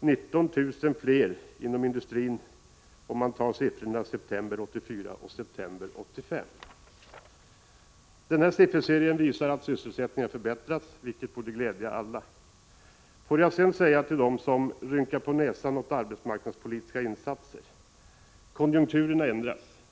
19 000 personer fler inom industrin om man jämför siffrorna från september 1984 med september 1985. Denna sifferserie visar att sysselsättningen har förbättrats, vilket borde glädja alla. Får jag sedan till dem som rynkar på näsan åt arbetsmarknadspolitiska insatser säga följande. Konjukturerna ändras.